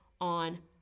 on